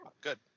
Good